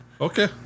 Okay